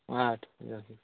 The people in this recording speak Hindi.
अच्छा